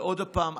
ועוד פעם,